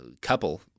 couple